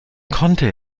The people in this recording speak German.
konnte